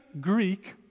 Greek